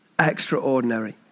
extraordinary